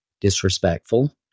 disrespectful